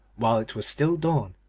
while it was still dawn,